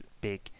big